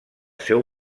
seu